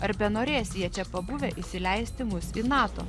ar benorės jie čia pabuvę įsileisti mus į nato